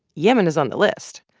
yemen is on the list.